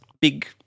big